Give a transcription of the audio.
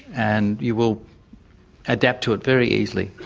and you will adapt to it very easily,